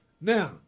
Now